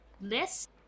list